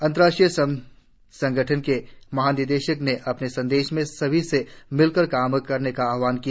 अंतर्राष्ट्रीय श्रम संगठन के महानिदेशक ने अपने संदेश में सभी से मिलकर काम करने का आहवान किया